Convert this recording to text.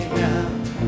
now